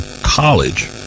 college